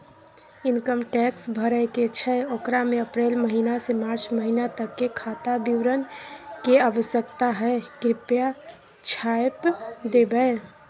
Income tax भरय के छै ओकरा में अप्रैल महिना से मार्च महिना तक के खाता विवरण के आवश्यकता हय कृप्या छाय्प देबै?